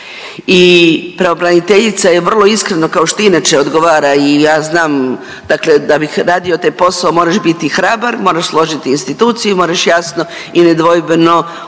I pravobraniteljica je vrlo iskreno kao što i inače odgovara i ja znam, dakle da bi radio taj posao moraš biti hrabar, moraš složiti instituciju, moraš jasno i nedvojbeno